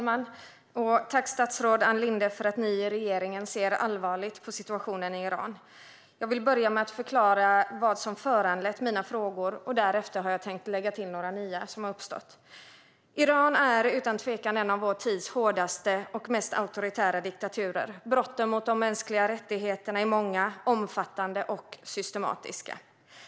Herr talman! Tack, statsrådet Ann Linde, för att ni i regeringen ser allvarligt på situationen i Iran! Jag vill börja med att förklara vad som föranlett mina frågor, och därefter tänkte jag lägga till några nya som har uppstått. Iran är utan tvekan en av vår tids hårdaste och mest auktoritära diktaturer. Brotten mot de mänskliga rättigheterna är många, omfattande och systematiska.